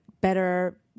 better –